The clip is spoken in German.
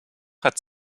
hat